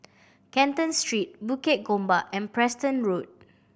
Canton Street Bukit Gombak and Preston Road